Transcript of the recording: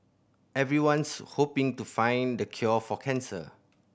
everyone's hoping to find the cure for cancer